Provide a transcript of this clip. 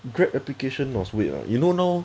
Grab application must wait [what] you know now